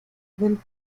del